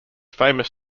famous